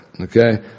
okay